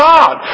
God